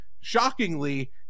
Shockingly